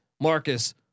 Marcus